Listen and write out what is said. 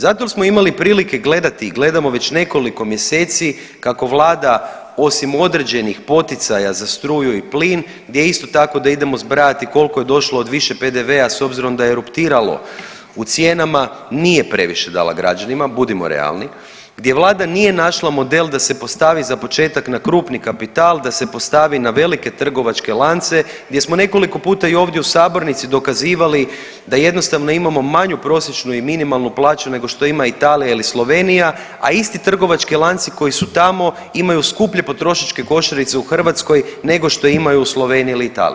Zato jel smo imali prilike gledati i gledamo već nekoliko mjeseci kako vlada osim određenih poticaja za struju i plin gdje isto tako da idemo zbrajati koliko je došlo od više PDV-a s obzirom da je eruptiralo u cijenama, nije previše dala građanima, budimo realni, gdje vlada nije našla model da se postavi za početak na krupni kapital da se postavi na velike trgovačke lance, gdje smo nekoliko puta i ovdje u sabornici dokazivali da jednostavno imamo manju prosječnu i minimalnu plaću nego što ima Italija ili Slovenija, a isti trgovački lanci koji su tamo imaju skuplje potrošačke košarice u Hrvatskoj nego što imaju u Sloveniji ili Italiji.